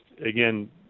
again